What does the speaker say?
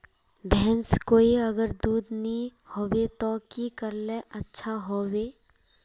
भैंस कोई अगर दूध नि होबे तो की करले ले अच्छा होवे?